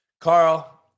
Carl